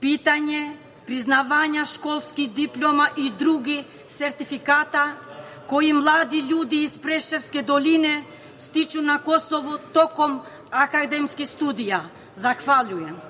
pitanje priznavanja školskih diploma i drugih sertifikata koje mladi ljudi iz Preševske doline stiču na Kosovu tokom akademskih studija? Zahvaljujem.